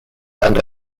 and